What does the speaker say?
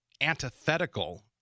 antithetical